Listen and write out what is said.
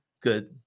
good